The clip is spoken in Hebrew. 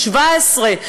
ה-17,